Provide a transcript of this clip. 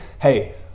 Hey